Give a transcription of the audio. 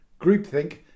Groupthink